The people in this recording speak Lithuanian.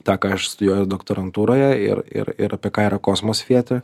tą ką aš studijuoju doktorantūroje ir ir ir apie ką yra kosmos theatre